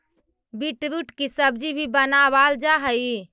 beetroot की सब्जी भी बनावाल जा हई